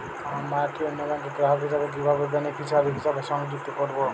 আমার মা একটি অন্য ব্যাংকের গ্রাহক হিসেবে কীভাবে বেনিফিসিয়ারি হিসেবে সংযুক্ত করব?